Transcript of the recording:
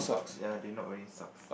ya they are not wearing socks